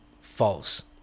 False